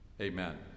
Amen